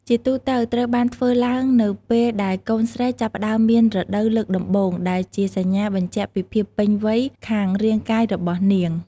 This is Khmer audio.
ជាទូទៅត្រូវបានធ្វើឡើងនៅពេលដែលកូនស្រីចាប់ផ្តើមមាន រដូវលើកដំបូង ដែលជាសញ្ញាបញ្ជាក់ពីភាពពេញវ័យខាងរាងកាយរបស់នាង។